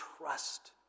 trust